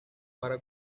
para